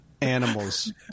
animals